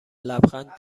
لبخند